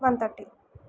one thirty